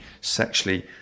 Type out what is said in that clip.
sexually